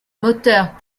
moteurs